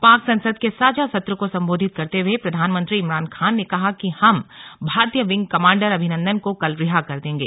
पाक संसद के साझा सत्र को संबोधित करते हुए प्रधानमंत्री इमरान खान ने कहा कि हम भारतीय विंग कमांडर अभिनंदन को कल रिहा कर देंगे